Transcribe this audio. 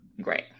Great